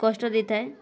କଷ୍ଟ ଦେଇଥାଏ